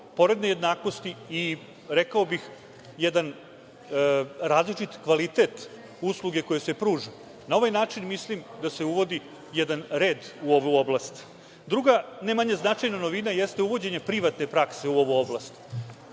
pored nejednakosti, rekao bih, jedan različit kvalitet usluge koja se pruža. Na ovaj način mislim da se uvodi jedan red u ovu oblast. Druga, ne manje značajna novina, jeste uvođenje privatne prakse u ovu oblast.